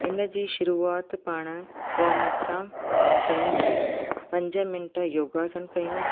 हिनजी शुरूआत पाणि वॉमअप सां कयूं पंज मिंट योगासन कयूं